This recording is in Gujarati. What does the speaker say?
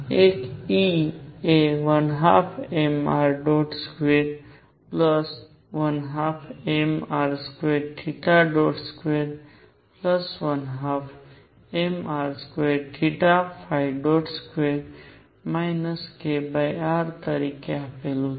એક E એ 12mr212mr2212mr22 kr તરીકે આપેલું છે